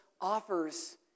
offers